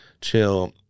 chill